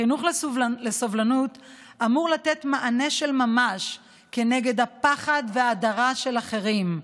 חינוך לסובלנות אמור לתת מענה של ממש על הפחד וההדרה של אחרים.